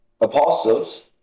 apostles